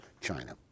China